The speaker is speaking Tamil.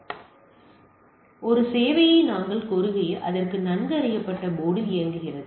எனவே ஒரு சேவையை நாங்கள் கோருகையில் அது நன்கு அறியப்பட்ட போர்டில் இயங்குகிறது